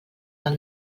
del